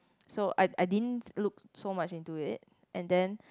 so I I didn't look so much into it and then